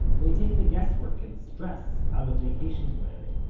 they take the guesswork and stress out of vacation planning,